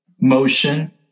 motion